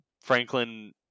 Franklin